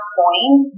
point